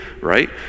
right